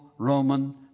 Roman